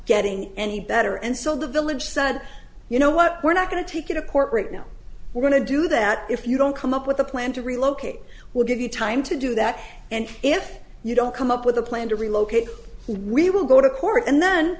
getting any better and so the village said you know what we're not going to take you to court right now we're going to do that if you don't come up with a plan to relocate we'll give you time to do that and if you don't come up with a plan to relocate we will go to court and then